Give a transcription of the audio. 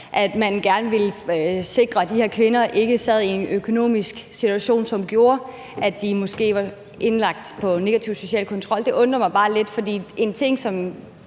at man gerne ville sikre, at de her kvinder ikke sad i en økonomisk situation, som gjorde, at de måske var indlagt på negativ social kontrol. Det undrer mig bare lidt, for en ting, som